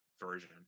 version